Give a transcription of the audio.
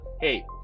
Hey